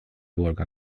volga